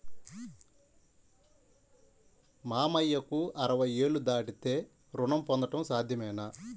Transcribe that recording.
మామయ్యకు అరవై ఏళ్లు దాటితే రుణం పొందడం సాధ్యమేనా?